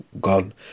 gone